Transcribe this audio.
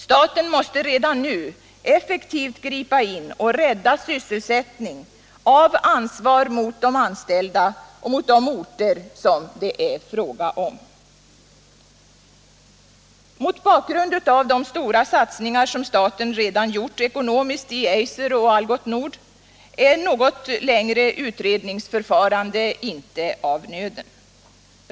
Staten måste redan nu effektivt gripa in och rädda sysselsättning av ansvar mot de anställda och de orter det är fråga om. Mot bakgrunden av de stora satsningar som staten redan gjort ekonomiskt i Eiser och Algots Nord är något längre utredningsförfarande inte av nöden.